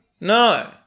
No